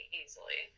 easily